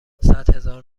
صدهزار